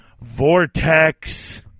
Vortex